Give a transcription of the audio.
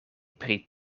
pri